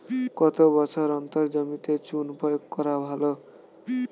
কত বছর অন্তর জমিতে চুন প্রয়োগ করা ভালো?